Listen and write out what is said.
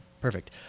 perfect